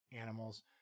animals